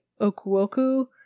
Okuoku